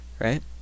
right